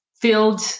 filled